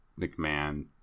mcmahon